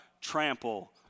trample